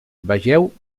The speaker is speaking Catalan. vegeu